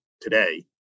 today